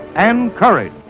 and courage.